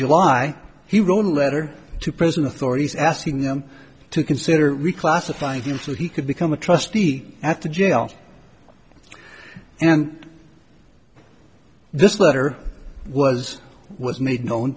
july he wrote a letter to present authorities asking them to consider reclassified him so he could become a trustee at the jail and this letter was was made known